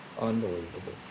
unbelievable